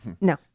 no